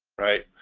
right?